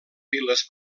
viles